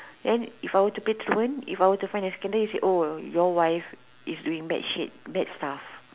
then if I want to play trawled if I want to find scandal you say oh your wife is doing bad shit bad stuff